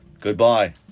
Goodbye